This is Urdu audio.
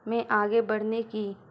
میں آگے بڑھنے کی